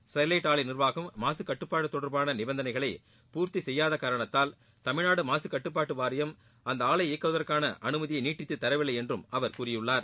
Sterlite ஆலை நிர்வாகம் மாககட்டுப்பாடு தொடர்பான நிபந்தனைகளை பூர்த்தி செய்யாத காரணத்தால் தமிழ்நாடு மாசுகட்டுப்பாட்டு வாரியம் அந்த ஆலை இயங்குவதற்கான அனுமதியை நீட்டித்து தரவில்லை என்றும் அவர் கூறியுள்ளார்